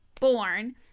born